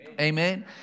Amen